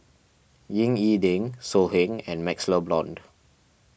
Ying E Ding So Heng and MaxLe Blond